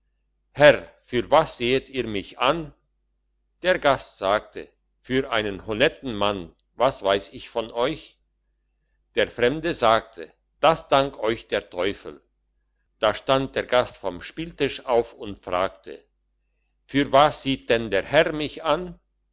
herr für was sehet ihr mich an der gast sagte für einen honetten mann was weiss ich von euch der fremde sagte das dank euch der teufel da stand der gast vom spieltisch auf und fragte für was sieht denn der herr mich an